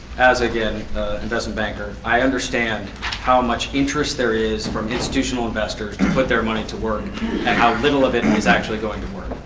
as, again, an investment banker, i understand how much interest there is from institutional investors to put their money to work and how little of it and is actually going to work.